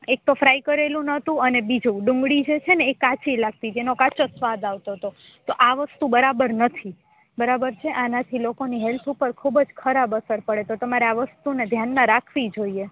એકતો fry કરેલું નતું અને બીજું ડુંગળી જેછેને ઇ કાચી લાગતી જેનો કાચો સ્વાદ આવતોતો તો આ વસ્તુ બરાબર નથી બરાબર છે આનાથી લોકોની હેલ્થ ઉપર ખુબજ ખરાબ અસર પળે તો તમારે આ વસ્તુને ધ્યાનમાં રાખવી જોઈએ